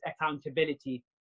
accountability